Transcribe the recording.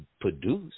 produce